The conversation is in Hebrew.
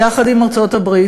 יחד עם ארצות-הברית,